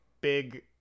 big